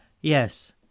yes